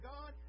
God